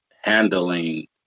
handling